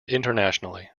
internationally